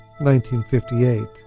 1958